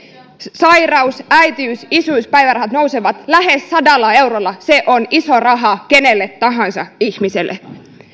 sairaus äitiys isyyspäivärahat nousevat lähes sadalla eurolla se on iso raha kenelle tahansa ihmiselle